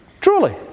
Truly